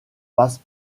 passe